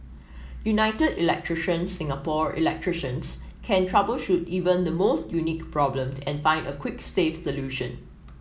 United Electrician Singapore electricians can troubleshoot even the most unique problems and find a quick safe solution